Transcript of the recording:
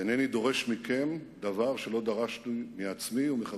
ואינני דורש מכם דבר שלא דרשתי מעצמי ומחברי.